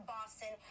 Boston